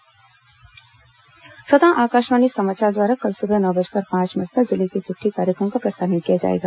जिले की चिट्ठी आकाशवाणी समाचार द्वारा कल सुबह नौ बजकर पांच मिनट पर जिले की चिट्ठी कार्यक्रम का प्रसारण किया जाएगा